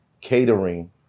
catering